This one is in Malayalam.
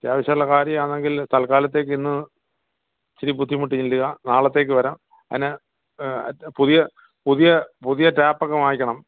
അത്യാവശ്യമുള്ള കാര്യമാണെങ്കിൽ തത്കാലത്തേക്ക് ഇന്ന് ഇച്ചിരി ബുദ്ധിമുട്ടി നിൽക്കുക നാളത്തേക്കു വരാം അതിനു പുതിയ പുതിയ ടാപ്പൊക്കെ വാങ്ങിക്കണം